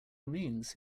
means